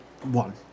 One